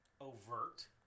overt